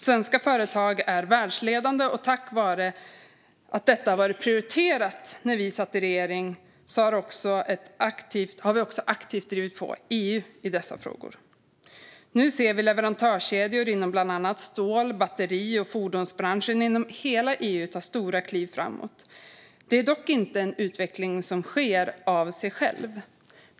Svenska företag är världsledande, och tack vare att detta var prioriterat när vi satt i regering har vi också aktivt drivit på EU i dessa frågor. Nu ser vi leverantörskedjor inom bland annat stål, batteri och fordonsbranschen i hela EU ta stora kliv framåt. Detta är dock inte en utveckling som sker av sig själv.